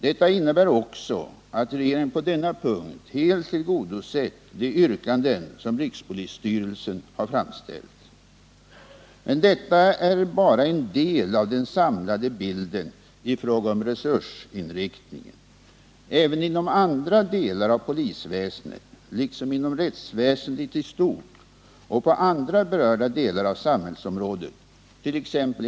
Detta innebär också att regeringen på denna punkt helt tillgodosett de yrkanden som rikspolisstyrelsen har framställt. Men detta är bara en del av den samlade bilden i fråga om resursinriktningen. Även inom andra delar av polisväsendet liksom inom rättsväsendet i stort och på andra berörda delar av samhällsområdet —t.ex.